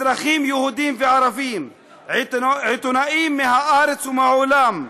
אזרחים יהודים וערבים, עיתונאים מהארץ ומהעולם,